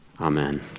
Amen